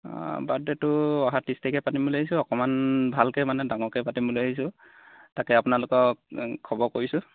অঁ বাৰ্থডেটো অহা ত্ৰিছ তাৰিখে পাতিম বুলি ভাবিছোঁ অকণমান ভালকৈ মানে ডাঙৰকৈ পাতিম বুলি ভাবিছোঁ তাকে আপোনালোকক খবৰ কৰিছোঁ